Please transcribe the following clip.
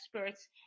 experts